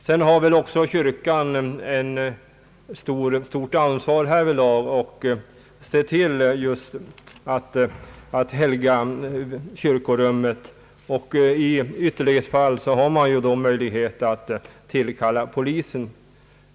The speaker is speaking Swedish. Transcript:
Dessutom har kyrkan själv ett stort ansvar härvidlag och måste se till att kyrkorummet helgas. I ytterlighetsfall finns också möjlighet att tillkalla polis.